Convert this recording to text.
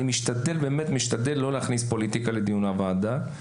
אני משתדל באמת לא להכניס פוליטיקה לדיון הוועדה.